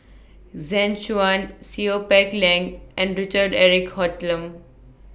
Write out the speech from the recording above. Zeng Shouyin Seow Peck Leng and Richard Eric Holttum